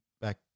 back